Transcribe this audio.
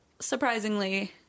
surprisingly